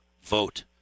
vote